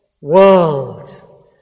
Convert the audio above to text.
World